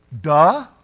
Duh